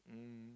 um